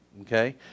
Okay